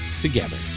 together